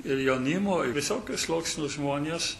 ir jaunimo ir visokių sluoksnių žmonės